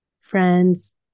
friends